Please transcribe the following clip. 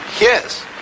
Yes